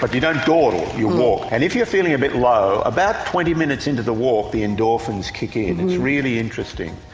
but don't dawdle, you walk and if you're feeling a bit low, about twenty minutes into the walk the endorphins kick in, it's really interesting.